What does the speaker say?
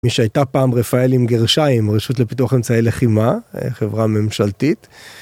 מי שהייתה פעם רפאל עם גרשיים, רשות לפיתוח אמצעי לחימה, חברה ממשלתית.